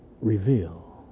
reveal